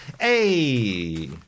Hey